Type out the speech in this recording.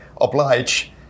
oblige